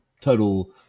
total